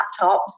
laptops